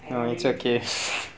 I already to